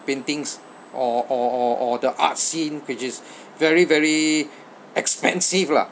paintings or or or or the art scene which is very very expensive lah